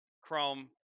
chrome